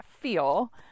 feel